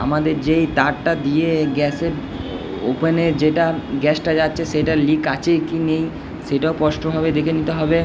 আমাদের যেই তারটা দিয়ে গ্যাসের ওপেনের যেটা গ্যাসটা যাচ্ছে সেটা লিক আছে কি নেই সেটাও স্পষ্টভাবে দেখে নিতে হবে